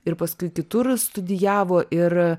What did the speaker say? ir paskui kitur studijavo ir